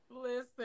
Listen